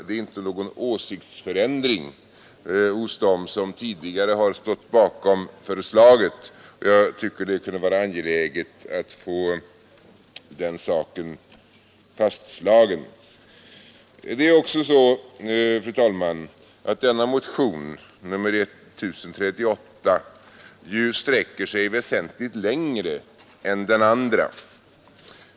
Det är inte någon åsiktsförändring hos dem som tidigare stått bakom förslaget. Jag tycker det kunde vara angeläget att få den saken fastslagen. Det är också så, fru talman, att denna motion, 1038, sträcker sig väsentligt längre än den andra.